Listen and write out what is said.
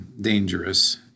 dangerous